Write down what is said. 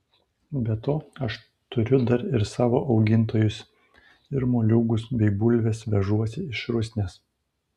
be to aš turiu dar ir savo augintojus ir moliūgus bei bulves vežuosi iš rusnės